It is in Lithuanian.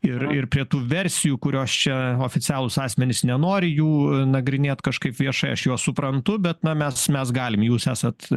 ir ir prie tų versijų kurios čia oficialūs asmenys nenori jų nagrinėt kažkaip viešai aš juos suprantu bet na mes mes galim jūs esat